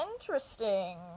interesting